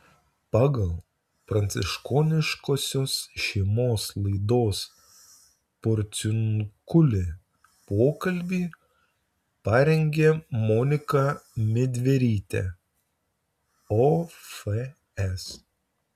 pagal pranciškoniškosios šeimos laidos porciunkulė pokalbį parengė monika midverytė ofs